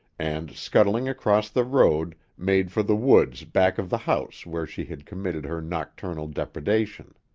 and scuttling across the road, made for the woods back of the house where she had committed her nocturnal depredation.